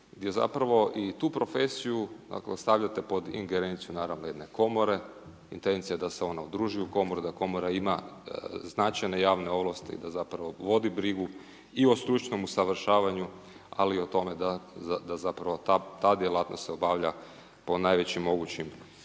gdje zapravo i tu profesiju ako stavljate pod ingerenciju naravno jedne komore, intencija je da se ona udruži u komoru da komora ima značajne javne ovlasti da zapravo vodi brigu i o stručnom usavršavanju ali i o tome da zapravo ta djelatnost se obavlja po najvećim mogućim